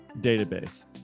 database